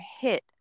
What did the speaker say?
hit